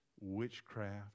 witchcraft